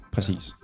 Præcis